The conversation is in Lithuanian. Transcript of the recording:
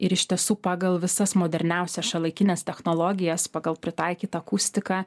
ir iš tiesų pagal visas moderniausias šiuolaikines technologijas pagal pritaikytą akustiką